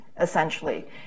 essentially